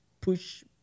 push